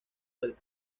del